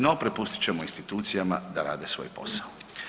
No prepustit ćemo institucijama da rade svoj posao.